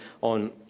on